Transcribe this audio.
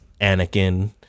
Anakin